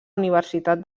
universitat